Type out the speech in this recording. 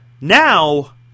now